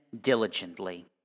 diligently